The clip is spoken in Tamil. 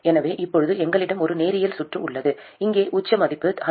எனவே இப்போது எங்களிடம் ஒரு நேரியல் சுற்று உள்ளது இங்கே உச்ச மதிப்பு 100 mV ஆகும்